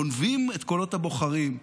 גונבים את קולות הבוחרים,